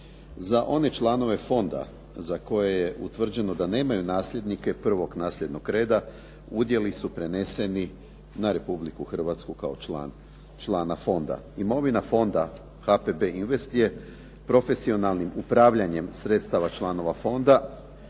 Za one članove fonda za koje je utvrđeno da nemaju nasljednike prvog nasljednog reda udjeli su preneseni na Republiku Hrvatsku kao člana fonda. Imovina fonda HPB invest je profesionalnim upravljanjem sredstava članova fonda